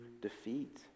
defeat